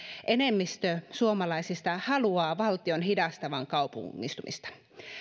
enemmistö suomalaisista haluaa valtion hidastavan kaupungistumista